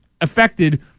affected